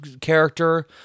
character